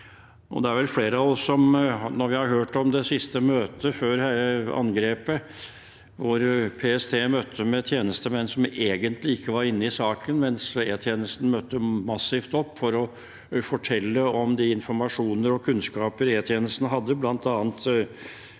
oss som har hørt om det siste møtet før angrepet, hvor PST møtte med tjenestemenn som egentlig ikke var inne i saken, mens E-tjenesten møtte massivt opp for å fortelle om de informasjoner og kunnskaper E-tjenesten hadde, bl.a.